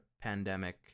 pandemic